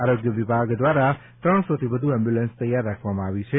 આરોગ્ય વિભાગ દ્વારા ત્રણસોથી વધુ એમ્બ્યૂલન્સ તૈયાર રાખવામાં આવી છે